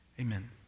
amen